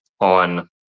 on